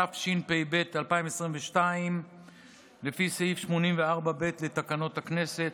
התשפ"ב 2022. לפי סעיף 84(ב) לתקנון הכנסת,